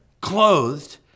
clothed